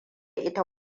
ita